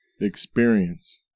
Experience